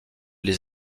les